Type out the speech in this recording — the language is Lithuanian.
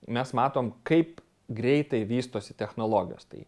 mes matom kaip greitai vystosi technologijos tai